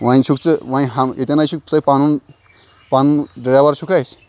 وۄنۍ چھُکھ ژٕ وۄنۍ ہَم ییٚتٮ۪نَے چھُکھ ژٕ پَنُن پَنُن ڈرٛایوَر چھُکھ اَسہِ